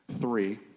three